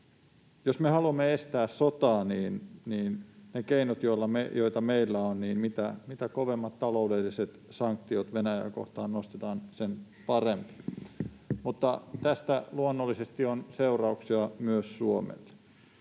jos me haluamme estää sotaa, niin ne keinot, joita meillä on, ovat, että mitä kovemmat taloudelliset sanktiot Venäjää kohtaan nostetaan, sen parempi. Tästä luonnollisesti on seurauksia myös Suomelle,